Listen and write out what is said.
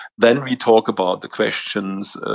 then we talk about the questions.